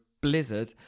blizzard